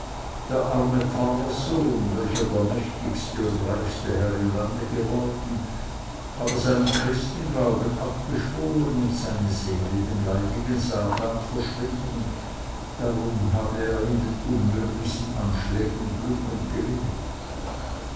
der arme pfarrerssohn welcher der mächtigste und reichste herr im lande geworden habe seinen christenglauben abgeschworen und seine seele dem leidigen satan verschrieben darum habe er in den unmöglichsten anschlägen glück und gelingen